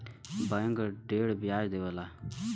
bank ढेर ब्याज देवला